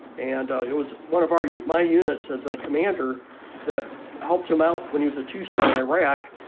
and it was one of our you my units as a commander that helped him out when he was a two star in iraq.